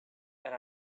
and